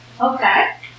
Okay